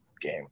game